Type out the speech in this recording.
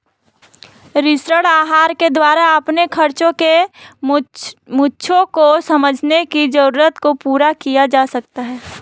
ऋण आहार के द्वारा अपने खर्चो के मुद्दों को समझने की जरूरत को पूरा किया जा सकता है